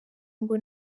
ngo